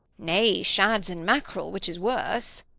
nay, shads and mackerel, which is worse.